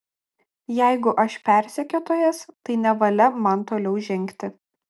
jeigu aš persekiotojas tai nevalia man toliau žengti